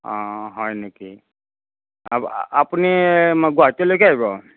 অঁ হয় নেকি আ আপুনি গুৱাহাটীলৈকে আহিব